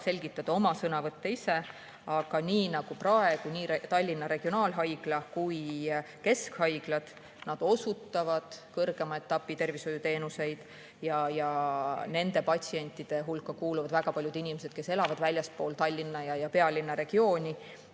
selgitada oma sõnavõtte ise. Aga praegu nii Tallinna regionaalhaigla kui ka keskhaiglad osutavad kõrgema etapi tervishoiuteenuseid ja nende patsientide hulka kuuluvad väga paljud inimesed, kes elavad väljaspool Tallinna ja pealinna regiooni.